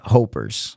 Hopers